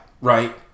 Right